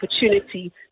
opportunity